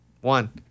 One